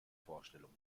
vorstellung